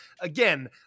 Again